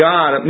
God